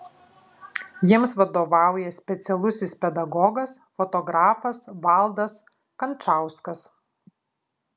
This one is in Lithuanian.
jiems vadovauja specialusis pedagogas fotografas valdas kančauskas